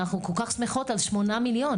אנחנו כל כך שמחות על שמונה מיליון,